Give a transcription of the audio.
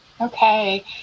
Okay